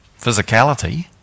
physicality